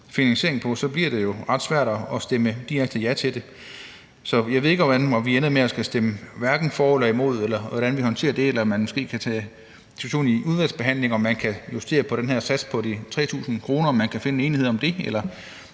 finansiering på, så bliver det jo ret svært at stemme direkte ja til det. Så jeg ved ikke, om vi ender med at skulle stemme hverken for eller imod, eller hvordan vi håndterer det. Man kan måske tage en diskussion i udvalgsbehandlingen om, om man kan justere på den her sats på de 3.000 kr., altså om man kan finde en enighed om det eller